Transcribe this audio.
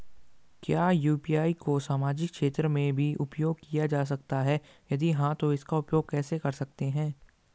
क्या यु.पी.आई को सामाजिक क्षेत्र में भी उपयोग किया जा सकता है यदि हाँ तो इसका उपयोग कैसे कर सकते हैं?